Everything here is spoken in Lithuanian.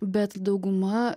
bet dauguma